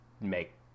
make